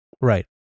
Right